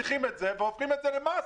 מנציחים את זה והופכים את זה למס.